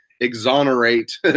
exonerate